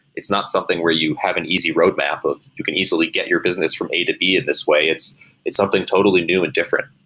it's not something where you have an easy roadmap of you can easily get your business from a to b in this way. it's it's something totally new and different